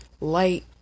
light